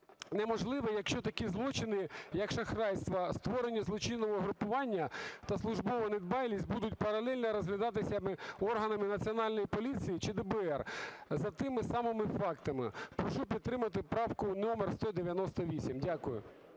неможливе, якщо такі злочини, як шахрайство, створення злочинного угрупування та службова недбалість будуть паралельно розглядатися органами Національної поліції чи ДБР за тими самими фактами. Прошу підтримати правку номер 198. Дякую.